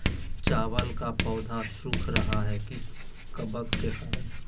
चावल का पौधा सुख रहा है किस कबक के करण?